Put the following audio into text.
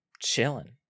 chilling